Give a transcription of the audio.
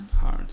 hard